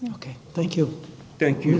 ok thank you thank you